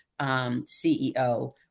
CEO